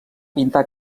pintar